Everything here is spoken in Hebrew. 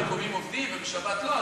הווטרינריים המקומיים עובדים ובשבת לא,